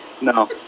No